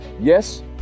Yes